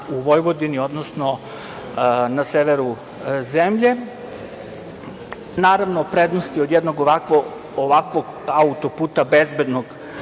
u Vojvodini, odnosno na severu zemlje. Naravno, prednosti jednog ovakvog auto-puta, bezbednog